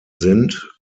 sind